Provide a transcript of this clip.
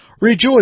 Rejoice